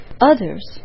others